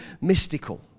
mystical